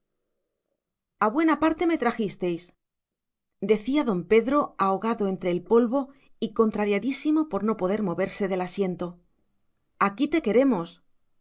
a horcajadas a buena parte me trajisteis decía don pedro ahogado entre el polvo y contrariadísimo por no poder moverse del asiento aquí te